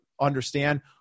understand